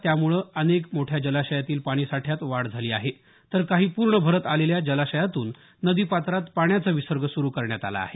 त्यामुळे अनेक मोठ्या जलाशयातील पाणीसाठ्यात वाढ झाली आहे तर काही पूर्ण भरत आलेल्या जलाशयातून नदीपात्रात पाण्याचा विसर्ग सुरु करण्यात आला आहे